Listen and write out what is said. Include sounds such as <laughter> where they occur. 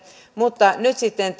mutta nyt sitten <unintelligible>